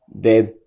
babe